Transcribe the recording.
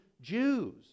Jews